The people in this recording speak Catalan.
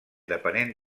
depenent